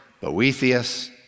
Boethius